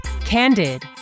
Candid